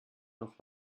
noch